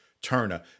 Turner